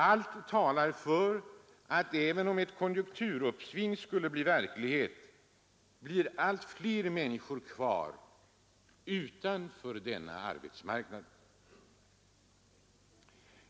Allt talar för att även om ett konjunkturuppsving skulle blir verklighet blir allt fler människor kvar utanför denna arbetsmarknad.